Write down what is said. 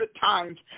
times